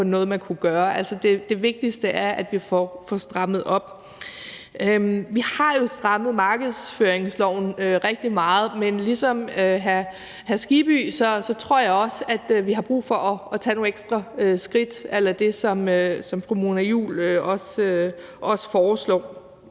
det vigtigste er, at vi får strammet op. Vi har jo strammet markedsføringsloven rigtig meget, men ligesom hr. Hans Kristian Skibby tror jeg også, at vi har brug for at tage nogle ekstra skridt a la det, som fru Mona Juul foreslår.